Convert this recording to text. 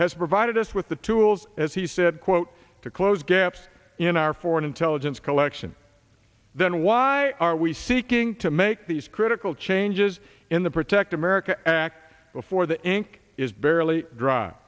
has provided us with the tools as he said quote to close gaps in our foreign intelligence collection then why are we seeking to make these critical changes in the protect america act before the ink is barely dry